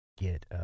Get